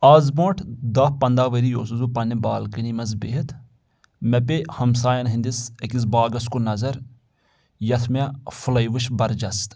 آز برونٛٹھ دہ پنٛدہ ؤری اوسُس بہٕ پنٕنہِ بالکنی منٛز بیٚہِتھ مےٚ پے ہمسایَن ہِنٛدِس أکِس باغس کُن نظر یتھ مےٚ پھٕلے وٕچھ برجستہٕ